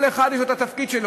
כל אחד יש לו את התפקיד שלו.